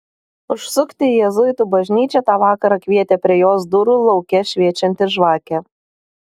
užsukti į jėzuitų bažnyčią tą vakarą kvietė prie jos durų lauke šviečianti žvakė